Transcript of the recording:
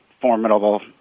formidable